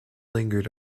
lingered